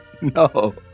No